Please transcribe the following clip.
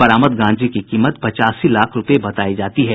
बरामद गांजे की कीमत पचासी लाख रूपये बतायी जाती है